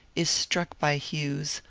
is struck by hughes,